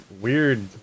weird